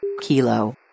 Kilo